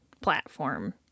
platform